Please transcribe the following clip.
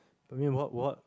but i mean what what